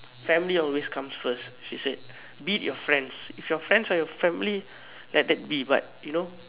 family always comes first she said beat your friends if your friends are your family let that be but you know